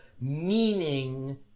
Meaning